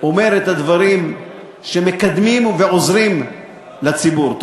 אומר את הדברים שמקדמים ועוזרים לציבור.